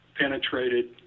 penetrated